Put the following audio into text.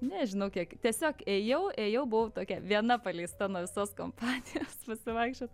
nežinau kiek tiesiog ėjau ėjau buvau tokia viena paleista nuo visos kompanijos pasivaikščiot